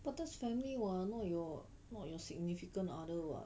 but that's family what not your not your significant other [what]